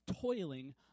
toiling